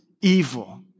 evil